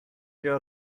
your